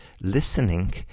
listening